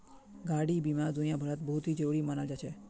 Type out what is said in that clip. गाडी बीमा दुनियाभरत बहुत ही जरूरी मनाल जा छे